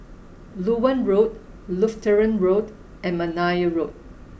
Loewen Road Lutheran Road and McNair Road